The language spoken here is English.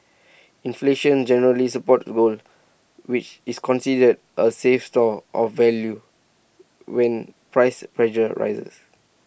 inflation generally supports gold which is considered A safe store of value when price pressures rises